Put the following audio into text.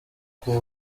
kuba